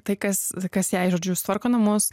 tai kas kas jai žodžiu sutvarko namus